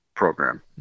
program